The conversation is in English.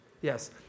yes